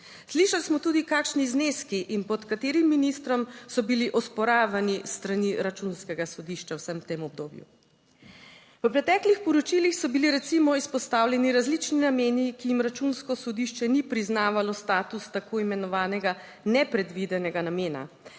Slišali smo tudi kakšni zneski in pod katerim ministrom so bili osporavani s strani Računskega sodišča v vsem tem obdobju. V preteklih poročilih so bili recimo izpostavljeni različni nameni, ki jim Računsko sodišče ni priznavalo status tako imenovanega nepredvidenega namena.